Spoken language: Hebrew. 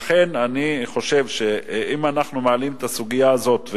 אני חושב שלכן אנחנו מעלים את הסוגיה הזאת,